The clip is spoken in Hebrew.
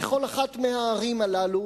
וכל אחת מהערים האלה,